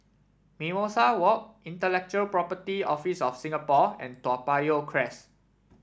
Mimosa Walk Intellectual Property Office of Singapore and Toa Payoh Crest